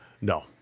No